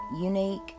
unique